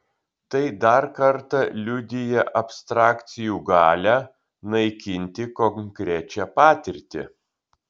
tai dar kartą liudija abstrakcijų galią naikinti konkrečią patirtį